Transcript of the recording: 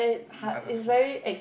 Agnes fault